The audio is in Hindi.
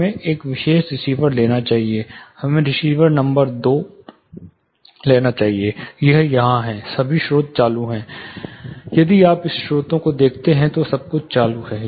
हमें एक विशेष रिसीवर लेना चाहिए हमें रिसीवर नंबर दो लेना चाहिए यह यहाँ है सभी स्रोत चालू हैं यदि आप सभी स्रोतों को देखते हैं तो सब कुछ चालू है